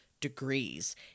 degrees